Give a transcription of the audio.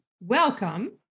welcome